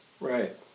Right